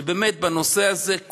שבאמת בנושא הזה,